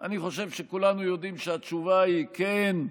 אני חושב שכולנו יודעים שהתשובה היא כן,